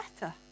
better